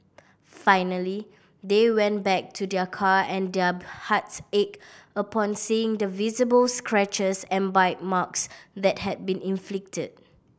finally they went back to their car and their hearts ached upon seeing the visible scratches and bite marks that had been inflicted